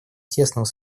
тесного